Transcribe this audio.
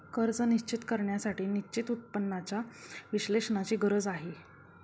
कर्ज निश्चित करण्यासाठी निश्चित उत्पन्नाच्या विश्लेषणाची गरज आहे